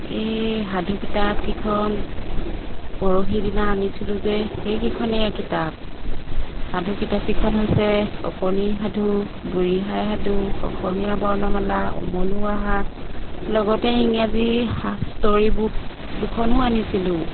এই সাধু কিতাপকিখন পৰহি দিনা আনিছিলোঁ যে সেইকিখনেই কিতাপ সাধু কিতাপকিখন হৈছে অকণি সাধু বুঢ়ীআই সাধু অসমীয়া বৰ্ণমালা উমলো আহা লগতে ইংৰাজী ষ্টৰী বুক দুখনো আনিছিলোঁ